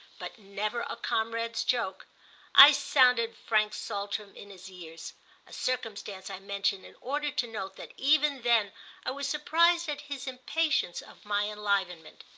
but never a comrade's joke i sounded frank saltram in his ears a circumstance i mention in order to note that even then i was surprised at his impatience of my enlivenment.